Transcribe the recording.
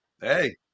Hey